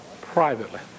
privately